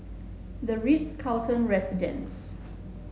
the Ritz Carlton Residences